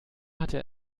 hatte